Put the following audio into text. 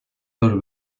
tor